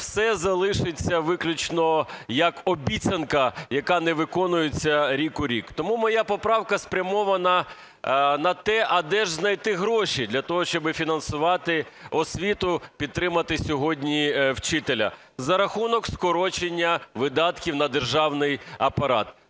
все залишиться виключно як обіцянка, яка не виконується рік у рік. Тому моя поправка спрямована на те, а де ж знайти гроші для того, щоб фінансувати освіту, підтримати сьогодні вчителя. За рахунок скорочення видатків на державний апарат.